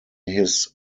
his